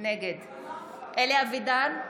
נגד אלי אבידר,